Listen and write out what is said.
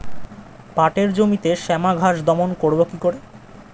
পাটের জমিতে শ্যামা ঘাস দমন করবো কি করে?